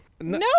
No